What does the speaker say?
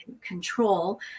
control